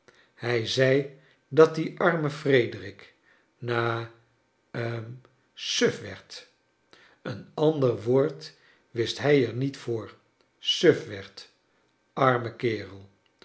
hij zei dat die arme frederik ha hum suf werd een ander woord wist hij er niet voor suf werd arme kerel